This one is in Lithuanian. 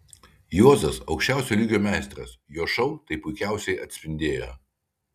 juozas aukščiausio lygio meistras jo šou tai puikiausiai atspindėjo